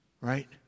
right